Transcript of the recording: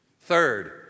third